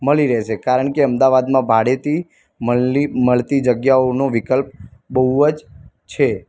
મળી રહેશે કારણ કે અમદાવાદમાં ભાડેથી મલી મળતી જગ્યાઓનો વિકલ્પ બહુ જ છે